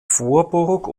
vorburg